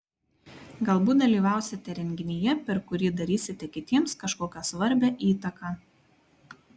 galbūt dalyvausite renginyje per kurį darysite kitiems kažkokią svarbią įtaką